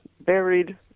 buried